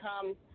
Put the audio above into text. come